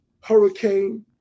Hurricane